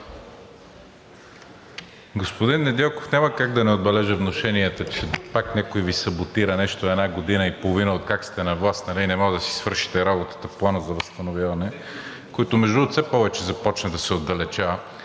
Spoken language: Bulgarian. Господин Недялков, няма как да не отбележа внушенията, че пак някой Ви саботира нещо. Една година и половина откакто сте на власт, не може да си свършите работата по Плана за възстановяване, който, между другото, все повече започна да се отдалечава.